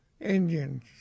Indians